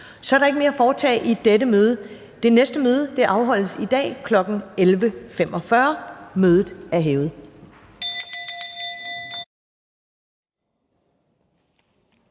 Der er ikke mere at foretage i dette møde. Det næste møde afholdes i dag kl. 11.45. Mødet er hævet.